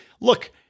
look